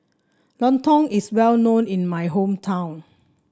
Lontong is well known in my hometown